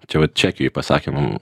čia vat čekijoj pasakė mum